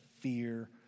fear